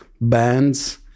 bands